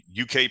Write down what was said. uk